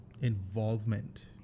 involvement